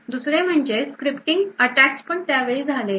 दुसरे म्हणजे scripting attacks पण त्यावेळी झालेले